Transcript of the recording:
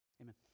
Amen